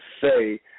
say